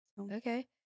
okay